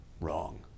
wrong